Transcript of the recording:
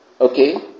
Okay